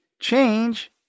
change